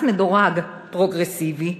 מס מדורג, פרוגרסיבי.